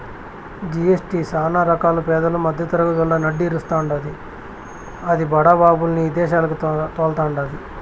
GST సానా రకాలుగా పేదలు, మద్దెతరగతోళ్ళు నడ్డి ఇరస్తాండాది, అది బడా బాబుల్ని ఇదేశాలకి తోల్తండాది